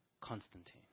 Constantine